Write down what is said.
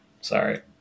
Sorry